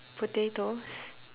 potatoes